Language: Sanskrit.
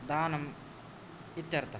दानम् इत्यर्थः